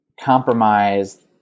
compromise